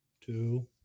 two